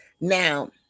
Now